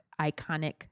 iconic